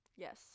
Yes